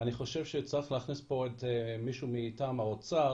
אני חושב שצריך להכניס פה מישהו מטעם האוצר